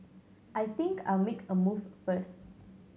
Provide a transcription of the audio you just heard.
I think I'll make a move first